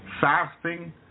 Fasting